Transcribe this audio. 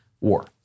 war